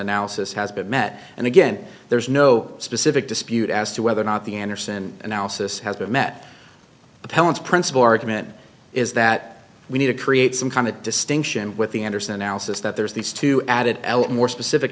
analysis has been met and again there is no specific dispute as to whether or not the andersen analysis has been met appellants principal argument is that we need to create some kind of distinction with the andersen elsa's that there's these two added elop more specific